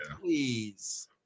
please